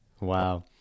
Wow